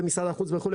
משרד החוץ וכו',